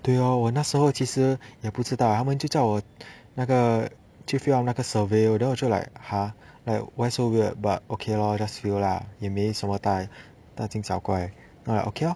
对咯我那时候其实也不知道他们就叫我那个去 fill up 那个 survey then 我就 like !huh! like why so weird but okay lor just fill lah 也没什么大大惊小怪 like okay lor